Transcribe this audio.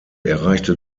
erreichte